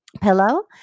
pillow